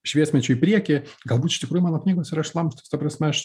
šviesmečių į priekį galbūt iš tikrųjų mano knygos yra šlamštas ta prasme aš